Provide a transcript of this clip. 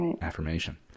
affirmation